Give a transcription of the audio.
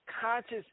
conscious